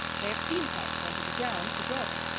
they have steam pipes under the ground to grow them.